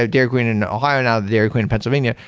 ah dairy queen in ohio. now, the dairy queen in pennsylvania.